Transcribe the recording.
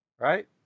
right